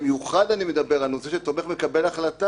ובמיוחד אני מדבר על הנושא של תומך ומקבל החלטה,